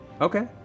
Okay